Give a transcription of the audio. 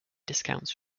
discounts